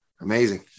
Amazing